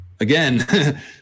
Again